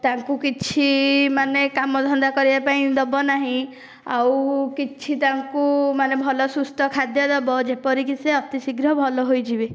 ତାଙ୍କୁ କିଛି ମାନେ କାମଧନ୍ଦା କରିବା ପାଇଁ ଦେବନାହିଁ ଆଉ କିଛି ତାଙ୍କୁ ମାନେ ଭଲ ସୁସ୍ଥ ଖାଦ୍ୟ ଦେବ ଯେପରିକି ସେ ଅତିଶୀଘ୍ର ଭଲ ହୋଇଯିବେ